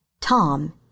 Tom